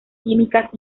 químicas